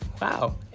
wow